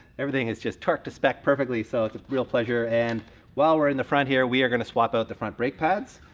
everything is just torqued to spec perfectly, so it's a real pleasure. and while we're in the front here, we are gonna swap out the front brake pads.